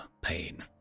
pain